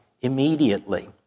immediately